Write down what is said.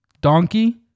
Donkey